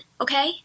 okay